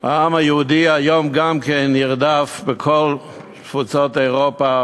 העם היהודי היום גם כן נרדף בכל תפוצות אירופה,